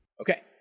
Okay